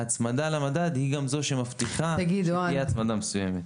ההצמדה למדד היא גם זו שמבטיחה שתהיה הצמדה מסוימת.